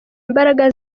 imbaraga